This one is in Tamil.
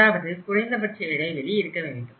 அதாவது குறைந்தபட்ச இடைவெளி இருக்க வேண்டும்